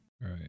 Right